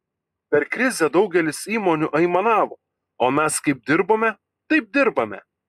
per krizę daugelis įmonių aimanavo o mes kaip dirbome taip dirbame